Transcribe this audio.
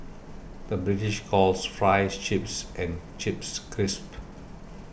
the British calls Fries Chips and Chips Crisps